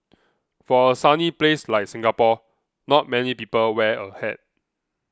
for a sunny place like Singapore not many people wear a hat